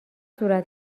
صورت